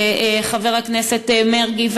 וחבר הכנסת מרגי,